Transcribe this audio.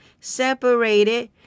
Separated